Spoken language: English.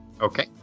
okay